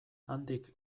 handik